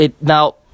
Now